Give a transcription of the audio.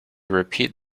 repeat